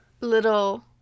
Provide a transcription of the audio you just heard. little